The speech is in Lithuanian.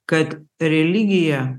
kad religija